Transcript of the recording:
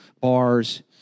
bars